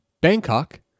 Bangkok